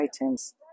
items